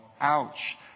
ouch